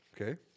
Okay